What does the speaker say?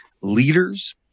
Leaders